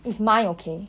it's mine okay